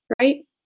right